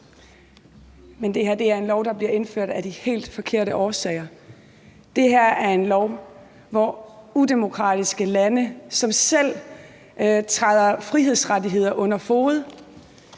Men det her er en lov, der bliver indført af de helt forkerte årsager. Det her er en lov, hvor udemokratiske lande, som selv træder frihedsrettigheder under fode,